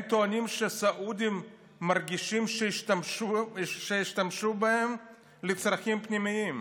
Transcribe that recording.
הם טוענים שהסעודים מרגישים שהשתמשו בהם לצרכים פנימיים.